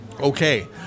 okay